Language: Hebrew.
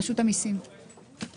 אני